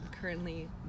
currently